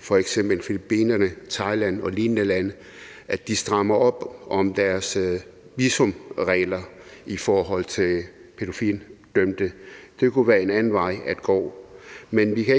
f.eks. Filippinerne, Thailand og lignende lande, strammer op på deres visumregler i forhold til pædofildømte. Det kunne være en anden vej at gå. Men vi kan